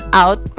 out